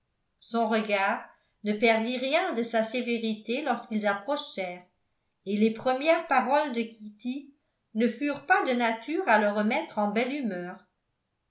son regard ne perdit rien de sa sévérité lorsqu'ils s'approchèrent et les premières paroles de kitty ne furent pas de nature à le remettre en belle humeur